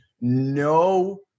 no